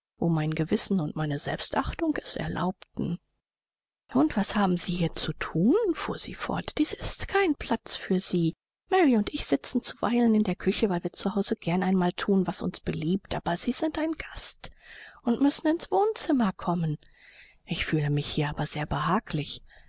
wo mein gewissen und meine selbstachtung es erlaubten und was haben sie hier zu thun fuhr sie fort dies ist kein platz für sie mary und ich sitzen zuweilen in der küche weil wir zu hause gern einmal thun was uns beliebt aber sie sind ein gast und müssen ins wohnzimmer kommen ich fühle mich hier aber sehr behaglich